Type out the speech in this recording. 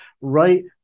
right